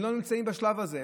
הם לא נמצאים בשלב הזה,